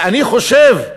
אני חושב,